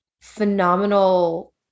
phenomenal